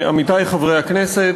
עמיתי חברי הכנסת,